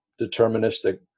deterministic